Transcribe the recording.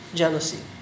jealousy